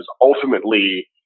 ultimately